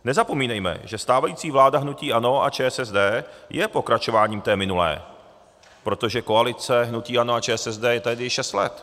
Nezapomínejme, že stávající vláda hnutí ANO a ČSSD je pokračováním té minulé, protože koalice hnutí ANO a ČSSD je tady již šest let.